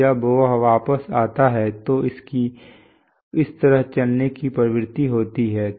फिर जब वह वापस आता है तो उसकी इस तरह चलने की प्रवृत्ति होती है